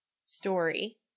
Story